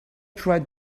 tried